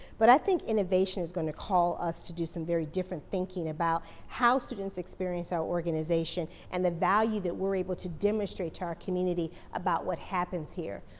but i think innovation is going to call us to do some very different thinking about how students experience our organization and the value that we're able to demonstrate to our community about what happens here.